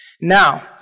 Now